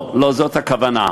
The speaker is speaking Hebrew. לא, לא זאת הכוונה.